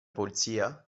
polizia